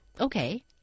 okay